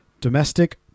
Domestic